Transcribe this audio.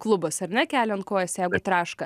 klubas ar ne keliant kojas jeigu traška